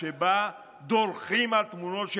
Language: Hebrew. דעתנו שמשרתים במילואים ומתנדבים בחברה הישראלית